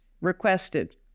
requested